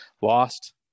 lost